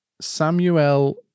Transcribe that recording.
Samuel